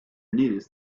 news